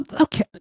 okay